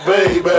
Baby